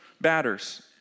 batters